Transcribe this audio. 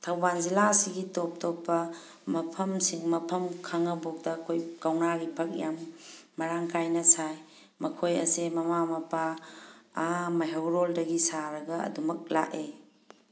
ꯊꯧꯕꯥꯜ ꯖꯤꯂꯥ ꯑꯁꯤꯒꯤ ꯇꯣꯞ ꯇꯣꯞꯄ ꯃꯐꯝꯁꯤꯡ ꯃꯐꯝ ꯈꯥꯡꯉꯕꯣꯛꯇ ꯑꯩꯈꯣꯏ ꯀꯧꯅꯥꯒꯤ ꯐꯛ ꯌꯥꯝ ꯃꯔꯥꯡ ꯀꯥꯏꯅ ꯁꯥꯏ ꯃꯈꯣꯏ ꯑꯁꯦ ꯃꯃꯥ ꯃꯄꯥ ꯑꯥ ꯃꯩꯍꯧꯔꯣꯜꯗꯒꯤ ꯁꯥꯔꯒ ꯑꯗꯨꯝ ꯂꯥꯛꯑꯦ